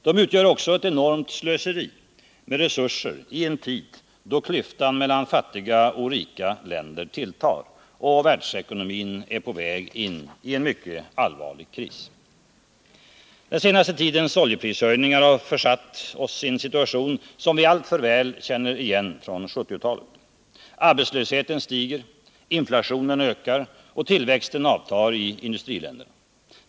De utgör också ett enormt slöseri med resurser i en tid då klyftan mellan fattiga och rika länder tilltar och världsekonomin är på väg in i en mycket allvarlig kris. Den senaste tidens oljeprishöjningar har försatt oss i en situation, som vi alltför väl känner igen från 1970-talet. Arbetslösheten stiger, inflationen ökar och tillväxten avtar i industriländerna.